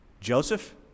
Joseph